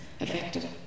affected